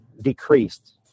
decreased